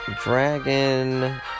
Dragon